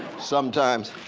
sometimes.